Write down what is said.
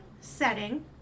setting